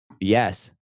Yes